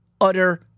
utter